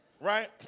Right